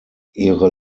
ihre